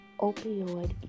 opioid